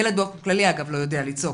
ילד באופן כללי לא יודע לצעוק,